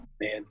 Man